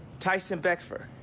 tyson beckford,